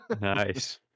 Nice